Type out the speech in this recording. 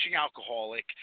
alcoholic